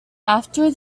after